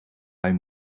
hij